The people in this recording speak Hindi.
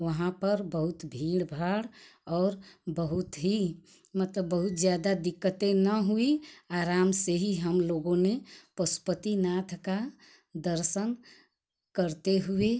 वहाँ पर बहुत भीड़ भाड़ और बहुत ही मतलब बहुत ज़्यादा दिक्कते न हुई आराम से ही हम लोगों ने पशुपतिनाथ का दर्शन करते हुए